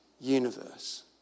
universe